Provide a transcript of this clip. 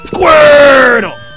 Squirtle